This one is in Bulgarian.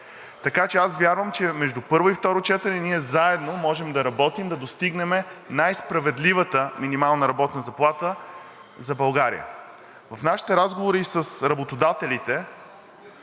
860 лв. Аз вярвам, че между първо и второ четене ние заедно можем да работим да достигнем най-справедливата минимална работна заплата за България. В нашите разговори с работодателите